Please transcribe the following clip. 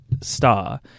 star